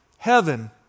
Heaven